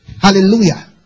Hallelujah